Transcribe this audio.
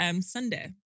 Sunday